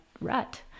rut